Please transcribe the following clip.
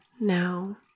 now